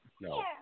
No